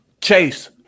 chase